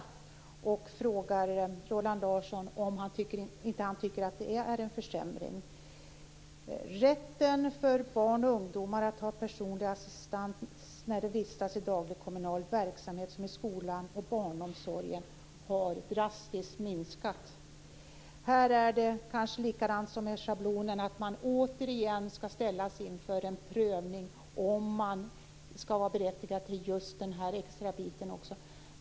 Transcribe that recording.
Jag vill fråga Roland Larsson om han inte tycker att det är en försämring att rätten för barn och ungdomar till personlig assistans när de vistas i daglig kommunal verksamhet som t.ex. skolan och barnomsorgen drastiskt har minskat. Här är det kanske samma sak som när det gäller schablonen - man skall återigen ställas inför en prövning om ifall man är berättigad till denna extra bit.